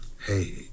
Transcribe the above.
hey